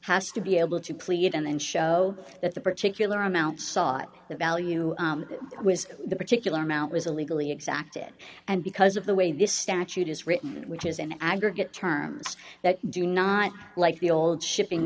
has to be able to plead and show that the particular amount sought the value was the particular amount was illegally exacted and because of the way this statute is written which is an aggregate terms that do not like the old shipping